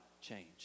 change